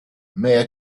may